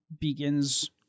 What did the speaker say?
begins